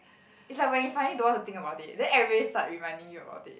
is like when you finally don't want to think about it then everyone start reminding you about it